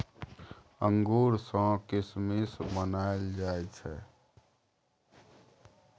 अंगूर सँ किसमिस बनाएल जाइ छै